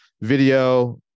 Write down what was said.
video